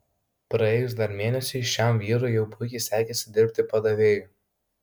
praėjus dar mėnesiui šiam vyrui jau puikiai sekėsi dirbti padavėju